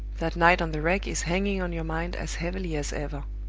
that night on the wreck is hanging on your mind as heavily as ever.